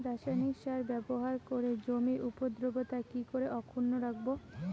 রাসায়নিক সার ব্যবহার করে জমির উর্বরতা কি করে অক্ষুণ্ন রাখবো